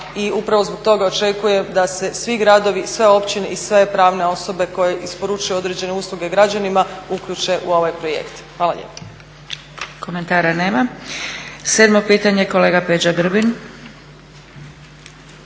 i upravo zbog toga očekujem da se svi gradovi, sve općine i sve pravne osobe koje isporučuju određene usluge građanima uključe u ovaj projekt. Hvala lijepa. **Zgrebec, Dragica (SDP)** Komentara nema. Sedmo pitanje, kolega Peđa Grbin.